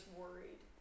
worried